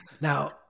now